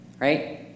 right